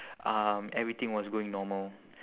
um everything was going normal